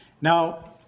Now